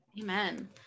Amen